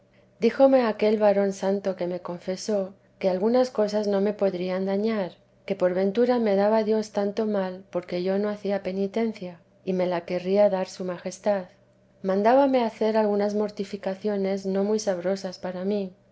díjome aquel varón santo que me confesó que algunas cosas no me podrían dañar que por ventura me daba dios tanto mal porque yo no hacía penitencia y me la querría dar su majestad mandábame hacer algunas mortificaciones no muy sabrosas para mí